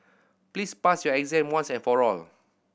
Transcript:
please pass your exam once and for all